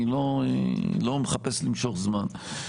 אני לא מחפש למשוך זמן.